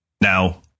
Now